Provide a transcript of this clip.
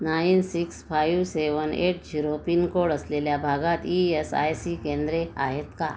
nine six five seven eight zero pincode असलेल्या भागात E S I C केंद्रे आहेत का